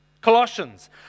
Colossians